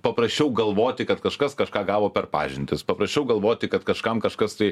paprasčiau galvoti kad kažkas kažką gavo per pažintis paprasčiau galvoti kad kažkam kažkas tai